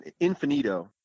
Infinito